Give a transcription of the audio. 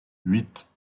huit